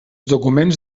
documents